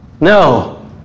No